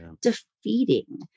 defeating